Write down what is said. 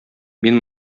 мин